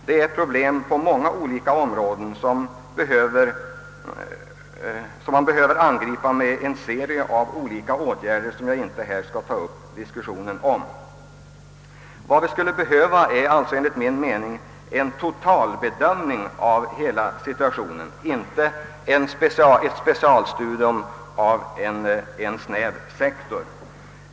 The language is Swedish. Problemen finns på många olika områden och måste angripas med en serie olika åtgärder, som jag emellertid inte nu skall ta upp till diskussion. Enligt min uppfattning behövs en totalbedömning av hela situationen, inte bara ett specialstudium av en snäv sektor.